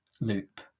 loop